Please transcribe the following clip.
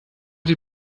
die